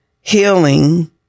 healing